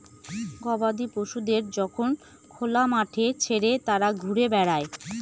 গবাদি পশুদের যখন খোলা মাঠে ছেড়ে তারা ঘুরে বেড়ায়